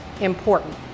important